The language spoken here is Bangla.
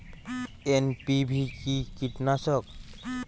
এন.পি.ভি কি কীটনাশক?